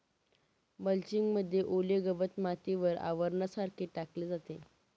mulching मध्ये ओले गवत मातीवर आवरणासारखे टाकले जाते